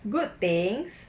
good things